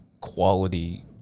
quality